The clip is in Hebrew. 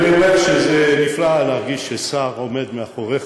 אני אומר שזה נפלא להרגיש ששר עומד מאחוריך